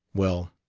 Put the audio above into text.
well,